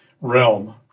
realm